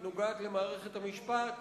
היא נוגעת למערכת המשפט,